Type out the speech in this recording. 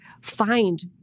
Find